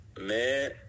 man